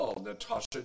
Natasha